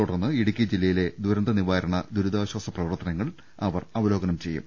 തുടർന്ന് ഇടുക്കി ജില്ലയിലെ ദുരന്ത നിവാരണ ദുരിതാശ്ചാസ പ്രവർത്തനങ്ങൾ അവർ അവ ലോകനം ചെയ്യും